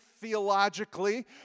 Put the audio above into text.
theologically